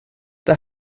det